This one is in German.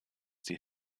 die